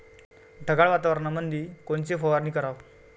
ढगाळ वातावरणामंदी कोनची फवारनी कराव?